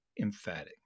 emphatic